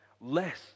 less